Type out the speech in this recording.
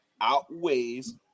outweighs